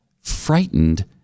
frightened